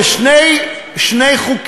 זה שני חוקים.